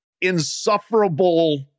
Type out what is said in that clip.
insufferable